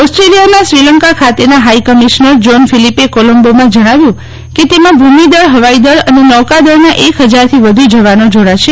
ઓસ્ટ્રેલિયના શ્રીલંકા ખાતેના high commissioner John ફિલિપે કોલંબોમાં જણાવ્યું કે તેમાં ભૂમિદળ હવાઇદળ અને નૌકાદળના એક હજારથી વધુ જવાનો જોડાશે